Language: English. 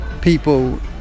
people